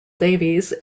davies